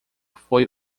foi